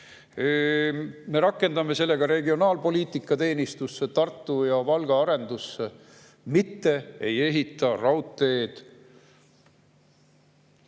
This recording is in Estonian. Me rakendame selle ka regionaalpoliitika teenistusse, Tartu ja Valga arendusse, mitte ei ehita raudteed